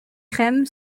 crème